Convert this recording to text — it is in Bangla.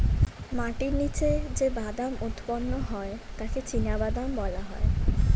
মাটির নিচে যে বাদাম উৎপন্ন হয় তাকে চিনাবাদাম বলা হয়